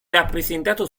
rappresentato